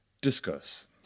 Discuss